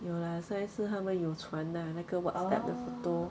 有 lah 上一次他们有传 lah 那个什么 WhatsApp 的 photo